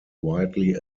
widely